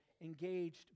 engaged